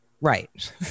Right